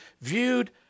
viewed